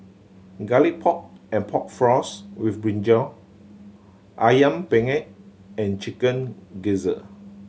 Garlic Pork and Pork Floss with brinjal Ayam Penyet and Chicken Gizzard